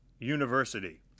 University